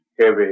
heavy